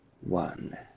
one